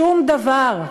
שום דבר.